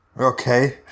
Okay